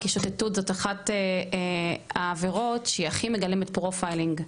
כי שוטטות זאת אחת העבירות שהיא הכי מגלמת "פרופיילינג",